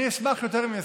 אני אשמח, יותר מאשמח,